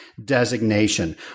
designation